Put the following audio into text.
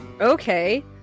Okay